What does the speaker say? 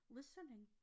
listening